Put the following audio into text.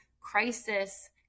crisis